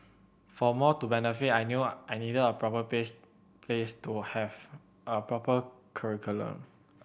for more to benefit I knew I needed a proper place place to have a proper curriculum